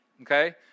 Okay